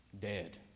Dead